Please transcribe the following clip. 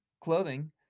clothing